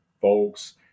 folks